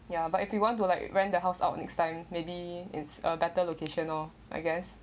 ya but if you want to like rent the house out next time maybe it's a better location lor I guess